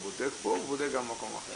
אמרת שהוא בודק פה והוא בודק גם במקום אחר,